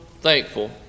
thankful